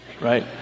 right